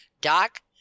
Doc